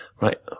Right